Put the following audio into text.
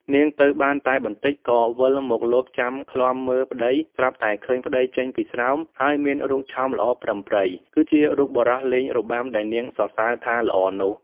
នាងទៅបានតែបន្ដិចក៏វិលមកលបចាំឃ្លាំមើលប្ដី ស្រាប់តែឃើញប្ដីចេញពីស្រោម ហើយមានរូបឆោមល្អប្រិមប្រិយ គឺជារូបបុរសលេងរបាំដែលនាងសរសើរថាល្អនោះ។